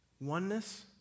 Oneness